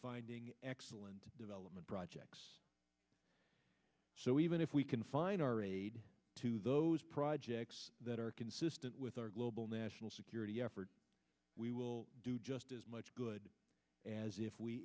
finding excellent development projects so even if we confine our aid to those projects that are consistent with our global national security effort we will do just as much good as if we